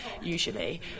usually